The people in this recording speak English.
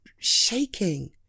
Shaking